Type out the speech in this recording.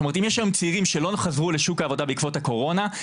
זאת אומרת אם יש היום צעירים שלא חזרו לשוק העבודה בעקבות הקורונה,